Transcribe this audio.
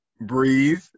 breathe